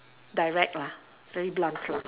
direct lah very blunt lah